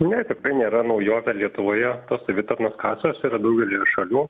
ne tikrai nėra naujovė lietuvoje to savitarnos kasos yra daugelyje šalių